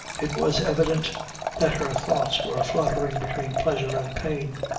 it was evident that her thoughts were fluttering between pleasure and pain,